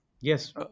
Yes